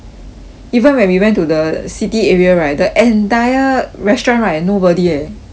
even when we went to the city area right the entire restaurant right nobody eh damn 夸张